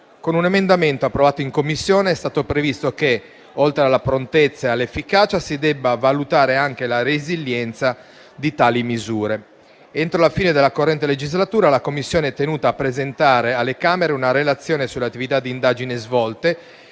Con un emendamento approvato in Commissione è stato previsto che, oltre alla prontezza ed all'efficacia, si debba valutare anche la resilienza di tali misure. Entro la fine della corrente legislatura la Commissione è tenuta a presentare alle Camere una relazione sulle attività di indagine svolte